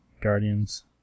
Guardians